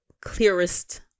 clearest